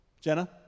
Jenna